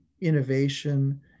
innovation